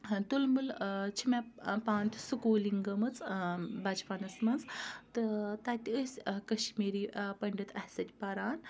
تُلمُل چھِ مےٚ پانہٕ تہِ سکوٗلِنٛگ گٔمٕژ بَچپَنَس منٛز تہٕ تَتہِ ٲسۍ کشمیٖری پٔنڈِت اَسہِ سۭتۍ پران